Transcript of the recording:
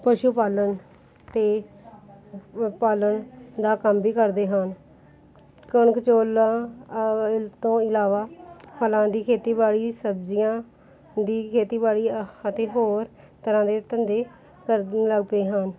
ਪਸ਼ੂ ਪਾਲਣ ਅਤੇ ਪਾਲਣ ਦਾ ਕੰਮ ਵੀ ਕਰਦੇ ਹਨ ਕਣਕ ਚੌਲਾਂ ਤੋਂ ਇਲਾਵਾ ਫਲਾਂ ਦੀ ਖੇਤੀਬਾੜੀ ਸਬਜ਼ੀਆਂ ਦੀ ਖੇਤੀਬਾੜੀ ਅਤੇ ਹੋਰ ਤਰ੍ਹਾਂ ਦੇ ਧੰਦੇ ਕਰਨ ਲੱਗ ਪਏ ਹਨ